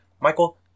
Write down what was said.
Michael